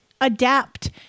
adapt